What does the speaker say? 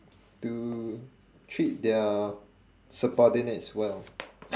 to treat their subordinates well